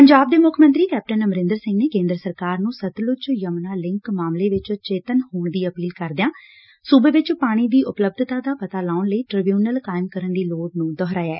ਪੰਜਾਬ ਦੇ ਮੁੱਖ ਮੰਤਰੀ ਕੈਪਟਨ ਅਮਰੰਦਰ ਸਿੰਘ ਨੇ ਕੇਂਦਰ ਸਰਕਾਰ ਨੂੰ ਸਤਲੁਜ ਯਮੁਨਾ ਲਿੰਕ ਮਾਮਲੇ ਚ ਚੇਤੰਨ ਹੋਣ ਦੀ ਅਪੀਲ ਕਰਦਿਆਂ ਸੁਬੇ ਚ ਪਾਣੀ ਦੀ ਉਪਲਬੱਧਤਾ ਦਾ ਪਤਾ ਲਾਉਣ ਲਈ ਟਿਬਿਊਨਲ ਕਾਇਮ ਕਰਨ ਦੀ ਲੋੜ ਨੂੰ ਦੁਹਰਾਇਆ